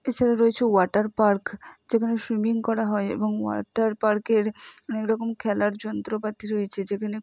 এছাড়া রয়েছে water park যেখানে সুইমিং করা হয় এবং ওয়াটার পার্কের এক রকম খেলার যন্ত্রপাতি রয়েছে যেখানে খুব